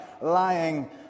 lying